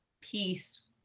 peace